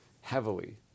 heavily